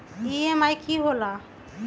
EMI की होला?